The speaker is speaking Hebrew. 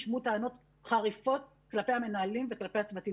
נשמעו טענות חריפות כלפי המנהלים וכלפי הצוותים,